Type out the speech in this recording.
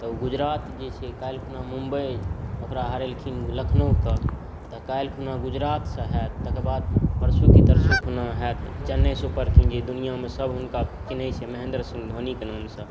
तऽ ओ गुजरात जे छै काल्हि खुना मुम्बई ओकरा हरेलखिन लखनऊके तऽ काल्हि खुना गुजरात से होयत तकर बाद परसु कि तरसु खुना होयत चेन्नई सुपर किंग्स जे दुनिआमे सभ हुनका चिन्है छै महेन्द्र सिंह धोनीके नामसँ